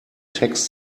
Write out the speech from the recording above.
text